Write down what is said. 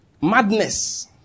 Madness